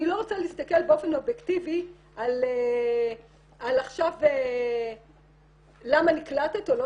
אני לא רוצה להסתכל באופן אובייקטיבי על למה נקלטת או לא